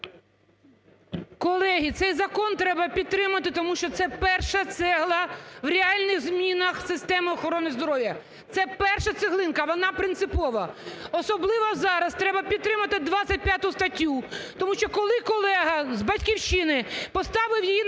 Колеги, цей закон треба підтримати, тому що це перша цегла в реальних змінах системи охорони здоров'я. Це перша цеглинка, вона принципова. Особливо зараз треба підтримати 25 статтю, тому що, коли колега з "Батьківщини" поставив її на